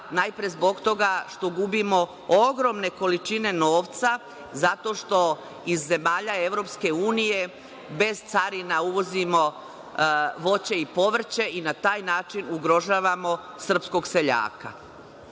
najpre zbog toga što gubimo ogromne količine novca, zato što iz zemalja EU bez carina uvozimo voće i povrće i na taj način ugrožavamo srpskog seljaka?